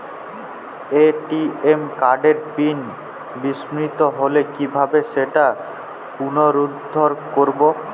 ATM কার্ডের PIN বিস্মৃত হলে কীভাবে সেটা পুনরূদ্ধার করব?